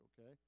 okay